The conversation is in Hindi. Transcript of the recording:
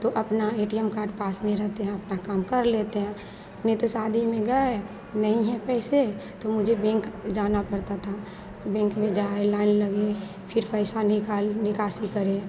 तो अपना ए टी यम कार्ड पास में रहते हैं अपना काम कर लेते हैं नहीं तो शादी में गए नहीं हैं पैसे तो मुझे बेंक जाना पड़ता था बेंक में जाए लाइन लगे फिर पैसा निकाल निकासी करें